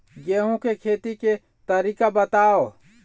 गेहूं के खेती के तरीका बताव?